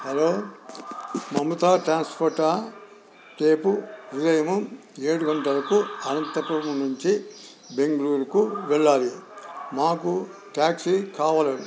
hello Mamata ట్రాన్స్పోర్టా రేపు ఉదయము ఏడు గంటలకు అనంతపురం నుంచి బెంగళూరుకు వెళ్లాలి మాకు టాక్సీ కావలెను